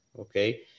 Okay